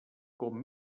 com